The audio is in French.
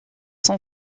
son